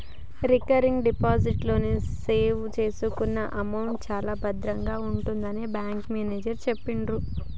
recurring deposit లో save చేసుకున్న amount చాలా భద్రంగా ఉంటుందని బ్యాంకు మేనేజరు చెప్పిర్రు